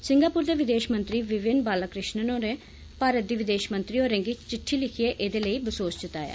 Singapore दे विदेष मंत्री विवियन बालाकृश्णन होरें भारत दी विदेष मंत्री होरें गी चिट्टी लिखियै एदे लेई बसोस जताया